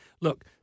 look